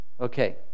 Okay